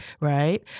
right